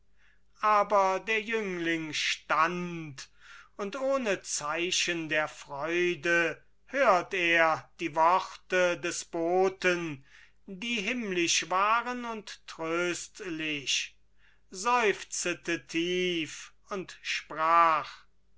aber der jüngling stand und ohne zeichen der freude hört er die worte des boten die himmlisch waren und tröstlich seufzete tief und sprach